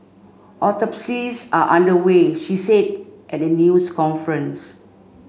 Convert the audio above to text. autopsies are under way she said at a news conference